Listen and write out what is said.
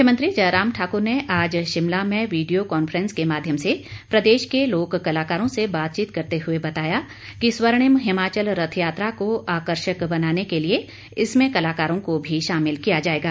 मुख्यमंत्री जयराम ठाकुर ने आज शिमला में वीडियो कांफ्रेंस के माध्यम से प्रदेश के लोक कलाकारों से बातचीत करते हुए बताया कि स्वर्णिम हिमाचल रथ यात्रा को आकर्षक बनाने के लिए इसमें कलाकारों को भी शामिल किया जाएगा